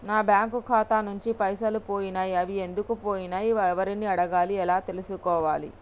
నా బ్యాంకు ఖాతా నుంచి పైసలు పోయినయ్ అవి ఎందుకు పోయినయ్ ఎవరిని అడగాలి ఎలా తెలుసుకోవాలి?